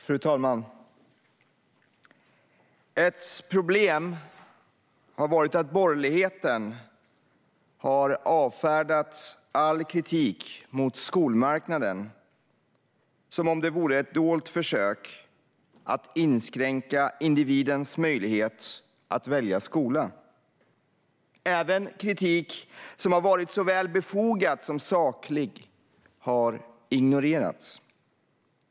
Fru talman! "Ett problem har dock varit att borgerligheten har avfärdat all kritik mot skolmarknaden som om det vore ett dolt försök att inskränka individens möjlighet att välja skola. Även kritik som har varit såväl befogad som saklig har ignorerats.